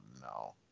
no